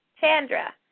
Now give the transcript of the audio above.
Chandra